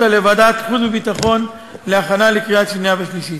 אותה לוועדת החוץ והביטחון להכנה לקריאה שנייה ושלישית.